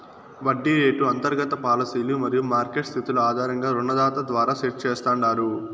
వడ్డీ రేటు అంతర్గత పాలసీలు మరియు మార్కెట్ స్థితుల ఆధారంగా రుణదాత ద్వారా సెట్ చేస్తాండారు